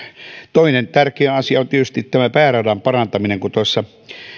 toinen tärkeä asia on tietysti pääradan parantaminen tuossa